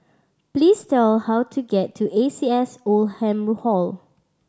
please tell how to get to A C S Oldham Hall